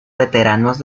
veteranos